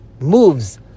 moves